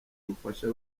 bufasha